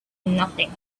nothing